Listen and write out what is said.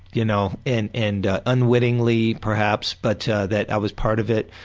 you know and and unwittingly perhaps, but that i was part of it.